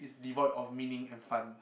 it's devoid of meaning and fun